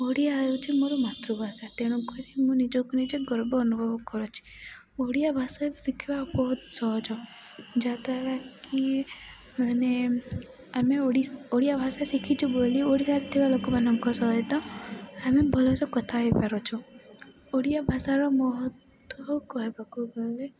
ଓଡ଼ିଆ ହେଉଛି ମୋର ମାତୃଭାଷା ତେଣୁକରି ମୁଁ ନିଜକୁ ନିଜେ ଗର୍ବ ଅନୁଭବ କରୁଛି ଓଡ଼ିଆ ଭାଷା ଶିଖିବା ବହୁତ ସହଜ ଯାହାଦ୍ୱାରା କି ମାନେ ଆମେ ଓଡ଼ିଆ ଭାଷା ଶିଖିଛୁ ବୋଲି ଓଡ଼ିଶାରେ ଥିବା ଲୋକମାନଙ୍କ ସହିତ ଆମେ ଭଲରେ କଥା ହେଇପାରୁଛୁ ଓଡ଼ିଆ ଭାଷାର ମହତ୍ଵ କହିବାକୁ ଗଲେ